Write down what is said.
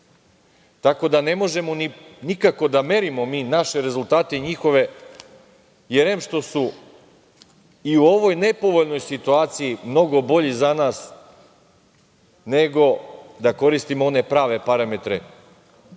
da, ne možemo nikako da merimo mi naše rezultate i njihove, jer em što su i u ovoj nepovoljnoj situaciji mnogo bolji za nas nego da koristimo one prave parametre,